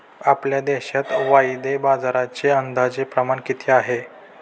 आपल्या देशात वायदे बाजाराचे अंदाजे प्रमाण किती आहे?